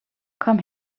come